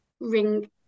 ring